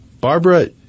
Barbara